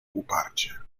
uparcie